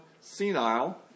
senile